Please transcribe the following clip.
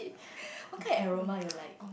what kind of aroma you like